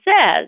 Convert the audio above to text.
says